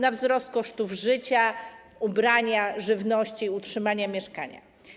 Mamy wzrost kosztów życia, ubrań, żywności i utrzymania mieszkania.